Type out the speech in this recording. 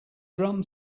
drum